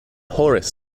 horus